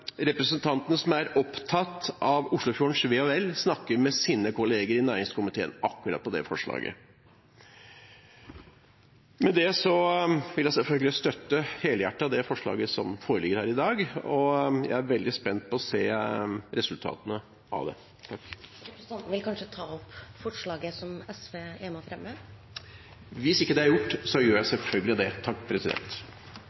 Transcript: representantene som er opptatt av Oslofjordens ve og vel, snakker med sine kolleger i næringskomiteen om akkurat det forslaget. Med det vil jeg selvfølgelig helhjertet støtte det forslaget som foreligger her i dag, og jeg er veldig spent på å se resultatene av det. Vil representanten ta opp det forslaget som SV er med på å fremme? Hvis ikke det er gjort, så gjør jeg